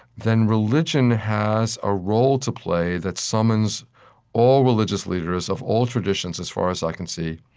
then religion has a role to play that summons all religious leaders of all traditions, as far as i can see,